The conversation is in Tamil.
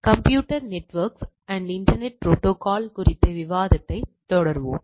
computer networks and internet protocol குறித்த விவாதத்தை தொடர்வோம்